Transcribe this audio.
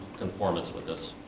conformance with this.